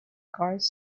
guards